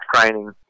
training